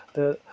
تہٕ